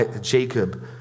Jacob